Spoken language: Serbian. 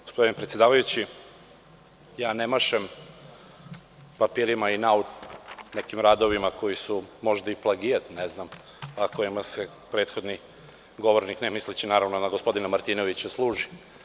Gospodine predsedavajući, ja ne mašem papirima i nekim radovima koji su možda i plagijat, a kojima se prethodni govornik, ne misleći naravno na gospodina Martinovića, služi.